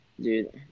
dude